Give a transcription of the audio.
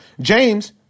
James